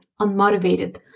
unmotivated